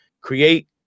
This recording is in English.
create